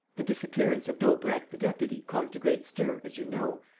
the disappearance of daubrecq the deputy caused a great stir, as you know,